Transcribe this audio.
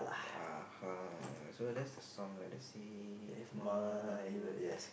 uh-huh so that's the song lah the save my world